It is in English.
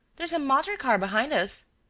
there's a motor-car behind us.